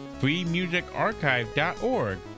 freemusicarchive.org